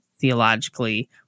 theologically